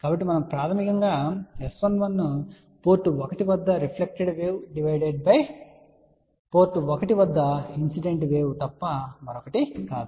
కాబట్టి మనము ప్రాథమికంగా S11 పోర్ట్ 1 వద్ద reflected wave divided by port 1 వద్ద ఇన్సిడెంట్ వేవ్ తప్ప మరొకటి కాదు